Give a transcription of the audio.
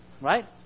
Right